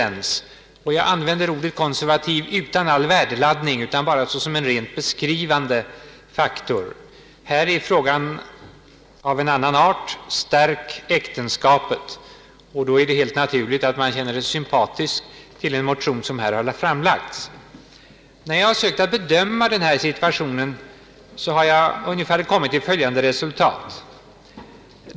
Jag använder ordet konservativ utan all värdeladdning och bara som en rent beskrivande faktor. Här har vi en annan trend: stärk äktenskapet! Det är helt naturligt att man är välvilligt inställd till den motion som här har framlagts. När jag har försökt att bedöma denna situation har jag kommit till ungefär följande resultat.